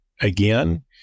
again